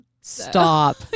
Stop